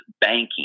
banking